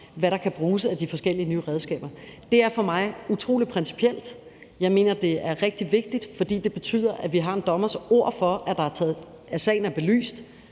Det er det her nye nævn, der nedsættes. Det er for mig utrolig principielt. Jeg mener, det er rigtig vigtigt, fordi det betyder, at vi har en dommers ord for, at sagen er belyst